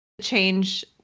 change